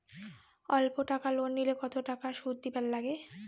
অল্প টাকা লোন নিলে কতো টাকা শুধ দিবার লাগে?